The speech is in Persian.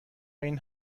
این